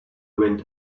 wind